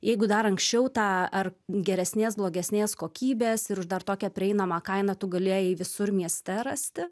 jeigu dar anksčiau tą ar geresnės blogesnės kokybės ir už dar tokią prieinamą kainą tu galėjai visur mieste rasti